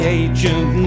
agent